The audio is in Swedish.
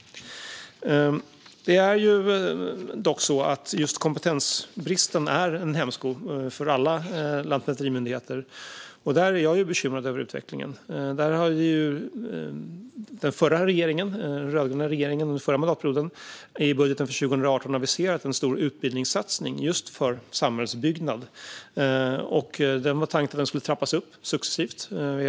Kompetensbristen är dock en hämsko för alla lantmäterimyndigheter. Jag är bekymrad över den utvecklingen. Den förra mandatperiodens rödgröna regering aviserade en stor utbildningssatsning för samhällsbyggnad i budgeten för 2018. Tanken var att den successivt skulle trappas upp.